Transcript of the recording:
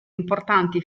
importanti